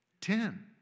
Ten